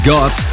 God